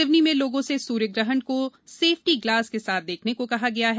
सिवनी में लोगों से सूर्यग्रहण को सेफिट ग्लास के साथ देखने को कहा गया है